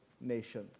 nation